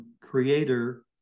Creator